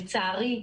לצערי,